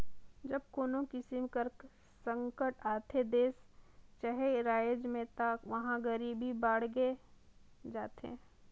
जब कोनो किसिम कर संकट आथे देस चहे राएज में ता उहां गरीबी बाड़गे जाथे